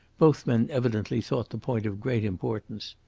both men evidently thought the point of great importance.